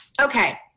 Okay